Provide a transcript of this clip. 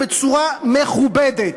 בצורה מכובדת.